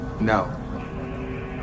no